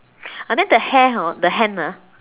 and then the hair hor the hand ah